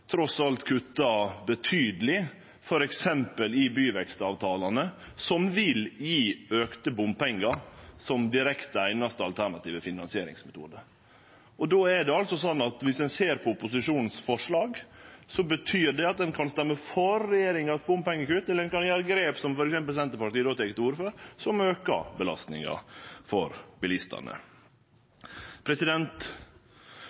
trass alt kuttar betydeleg, f.eks. i byvekstavtalane, som vil gje auka bompengar som einaste direkte alternative finansieringsmetode. Om ein då ser på opposisjonens forslag, betyr det at ein kan stemme for regjeringas bompengekutt, eller ein kan ta grep, som f.eks. Senterpartiet tek til orde for, som aukar belastninga for